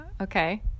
Okay